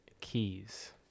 keys